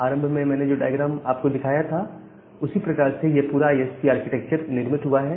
आरंभ में जो मैंने डायग्राम आप को दिखाया था उसी प्रकार से यह पूरा आईएसपी आर्किटेक्चर निर्मित हुआ है